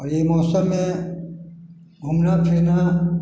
आओर ई मौसममे घुमना फिरना